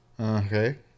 Okay